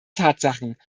tatsachen